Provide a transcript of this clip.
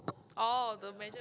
oh the major